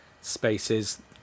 spaces